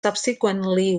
subsequently